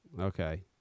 Okay